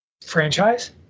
franchise